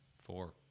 Four